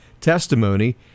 testimony